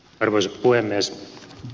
arvoisa puhemies